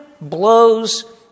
blows